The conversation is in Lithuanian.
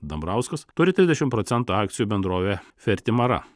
dambrauskas turi trisdešim procentų akcijų bendrovėje fertimara